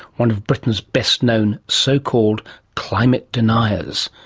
one of britain's best-known so-called climate deniers.